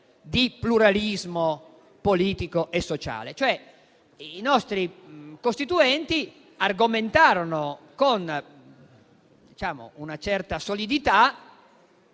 di pluralismo politico e sociale. I nostri Costituenti argomentarono, cioè, con una certa solidità